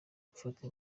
ufata